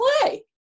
play